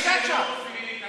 אבל אסור למי שאינו מוסלמי, למסגד.